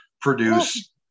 produce